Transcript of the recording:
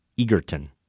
Egerton